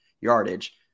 yardage